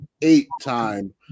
Eight-time